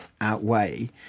outweigh